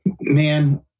Man